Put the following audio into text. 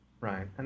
Right